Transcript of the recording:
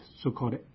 so-called